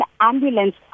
ambulance